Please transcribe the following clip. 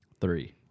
Three